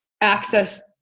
access